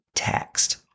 text